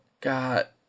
got